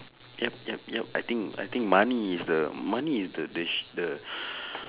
yup yup yup I think I think money is the money is the the shit the